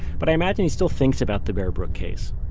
but i imagine he still thinks about the bear brook case,